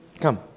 Come